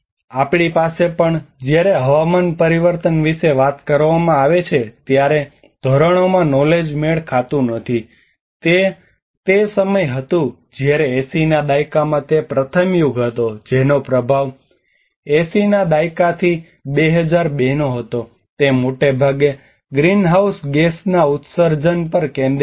આપણી પાસે પણ જ્યારે હવામાન પરિવર્તન વિશે વાત કરવામાં આવે ત્યારે ધોરણોમાં નોલેજ મેળ ખાતું નથી તે તે સમયે હતું જ્યારે 80 ના દાયકામાં તે પ્રથમ યુગ હતો જેનો પ્રભાવ 80 ના દાયકાથી 2002 નો હતો તે મોટેભાગે ગ્રીનહાઉસ ગેસના ઉત્સર્જન પર કેન્દ્રિત હતું